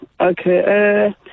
Okay